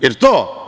Jel to?